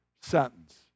sentence